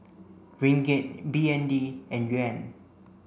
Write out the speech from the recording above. Ringgit B N D and Yuan